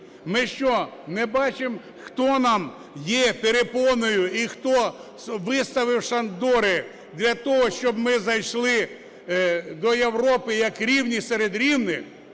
Ми що, не бачимо, хто нам є перепоною і хто виставив шандори для того, щоб ми зайшли до Європи як рівні серед рівних?